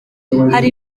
hari